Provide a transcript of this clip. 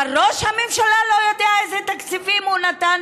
אבל ראש הממשלה לא יודע איזה תקציבים הוא נתן